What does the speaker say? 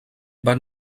van